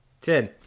Ten